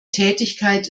tätigkeit